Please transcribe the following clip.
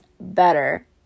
better